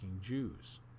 Jews